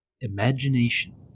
imagination